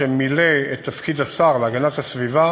שמילא את תפקיד השר להגנת הסביבה